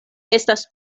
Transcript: estas